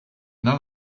none